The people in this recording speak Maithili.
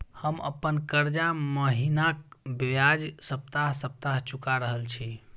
हम अप्पन कर्जा महिनाक बजाय सप्ताह सप्ताह चुका रहल छि